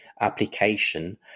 application